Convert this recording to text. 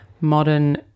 modern